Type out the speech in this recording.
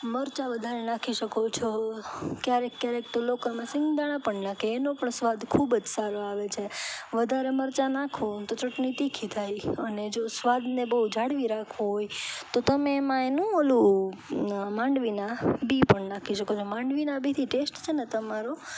મરચાં વધારે નાખી શકો છો ક્યારેક ક્યારેક તો લોકો એમાં શીંગદાણા પણ નાખે એનો પણ સ્વાદ ખૂબ જ સારો આવે છે વધારે મરચાં નાખો તો ચટણી તીખી થાય અને જો સ્વાદને બહુ જાળવી રાખવો હોય તો તમે એમાં એનું ઓલું માંડવીના બીજ પણ નાખી શકો છો માંડવીના બીજથી ટેસ્ટ છે ને તમારો